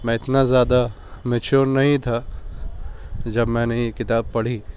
میں اتنا زیادہ میچیور نہیں تھا جب میں نے یہ کتاب پڑھی